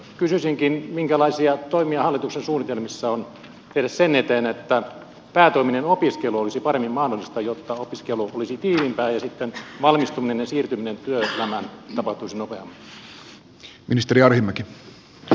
kysyisinkin minkälaisia toimia hallituksen suunnitelmissa on tehdä sen eteen että päätoiminen opiskelu olisi paremmin mahdollista jotta opiskelu olisi tiiviimpää ja sitten valmistuminen ja siirtyminen työelämään tapahtuisivat nopeammin